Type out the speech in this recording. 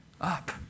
up